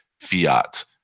fiat